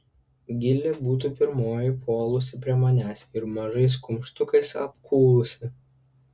gilė būtų pirmoji puolusi prie manęs ir mažais kumštukais apkūlusi